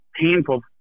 painful